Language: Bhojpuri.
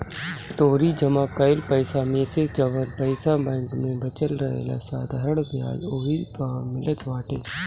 तोहरी जमा कईल पईसा मेसे जवन पईसा बैंक में बचल रहेला साधारण बियाज ओही पअ मिलत बाटे